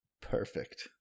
Perfect